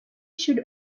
should